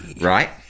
Right